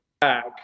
back